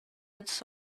its